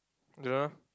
don't know